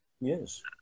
Yes